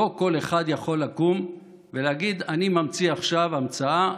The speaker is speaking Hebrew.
לא כל אחד יכול לקום ולהגיד: אני ממציא עכשיו המצאה,